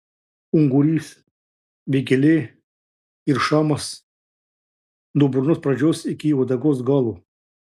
ungurys vėgėlė ir šamas nuo burnos pradžios iki uodegos galo